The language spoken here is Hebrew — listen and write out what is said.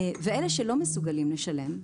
ואלה שלא מסוגלים לשלם,